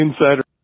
insider